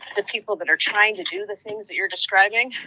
the people that are trying to do the things that you're describing,